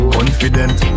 Confident